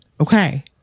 Okay